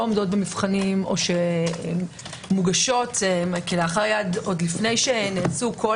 עומדות במבחנים או שמוגשות כלאחר יד עוד לפני שנעשו כל